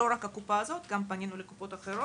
לא רק הקופה הזאת אלא גם פנינו לקופות אחרות.